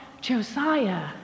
Josiah